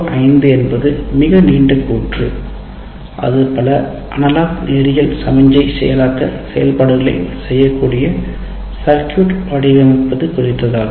CO5 என்பது மிக நீண்ட கூற்று அங்கு பல அனலாக் நேரியல் சமிக்ஞை செயலாக்க செயல்பாடுகளை செய்யக்கூடிய சர்க்யூட் வடிவமைப்பது குறித்ததாகும்